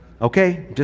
Okay